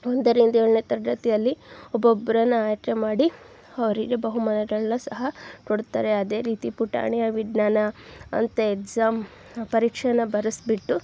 ಒಂದರಿಂದ ಏಳನೇ ತರಗತಿಯಲ್ಲಿ ಒಬ್ಬೊಬ್ಬರನ್ನ ಆಯ್ಕೆ ಮಾಡಿ ಅವರಿಗೆ ಬಹುಮಾನಗಳನ್ನ ಸಹ ಕೊಡ್ತಾರೆ ಅದೇ ರೀತಿ ಪುಟಾಣಿಯ ವಿಜ್ಞಾನ ಅಂತ ಎಕ್ಸಾಮ್ ಪರೀಕ್ಷೆನ ಬರೆಸ್ಬಿಟ್ಟು